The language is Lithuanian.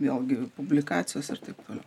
vėlgi publikacijos ir taip toliau